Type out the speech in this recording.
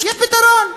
יש פתרון.